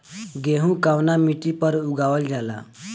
गेहूं कवना मिट्टी पर उगावल जाला?